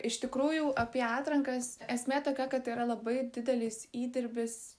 iš tikrųjų apie atrankas esmė tokia kad yra labai didelis įdirbis